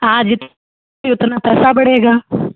हाँ जितने उतना पैसा बढ़ेगा